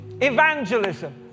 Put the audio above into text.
evangelism